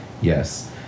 Yes